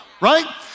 right